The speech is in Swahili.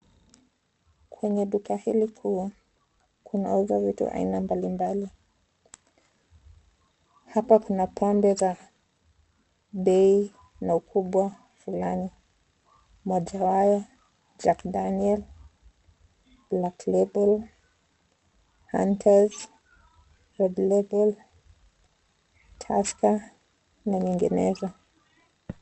Kwenye duka hili juu kunauza aina za vitu mbalimbali. Hapa Kuna pombe za bei na kubwa fulani. Moja haya ni;[c.s] Jack Daniels, Black Lable, Hunters, Tusker na nyinginezo.